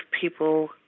people